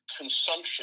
consumption